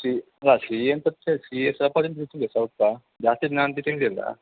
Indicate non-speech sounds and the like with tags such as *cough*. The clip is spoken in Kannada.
ಸಿಹಿ ಹಾಂ ಸಿಹಿ ಎಂತ *unintelligible* ಸಿಹಿ ಸ್ವಲ್ಪ *unintelligible* ಸ್ವಲ್ಪ ಜಾಸ್ತಿ *unintelligible* ತಿಂದಿಲ್ಲ